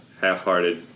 half-hearted